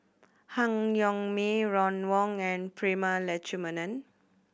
Han Yong May Ron Wong and Prema Letchumanan